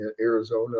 Arizona